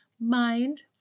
mind